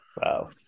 wow